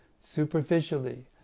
Superficially